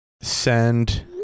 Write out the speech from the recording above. send